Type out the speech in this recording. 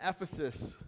Ephesus